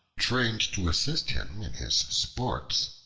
trained to assist him in his sports,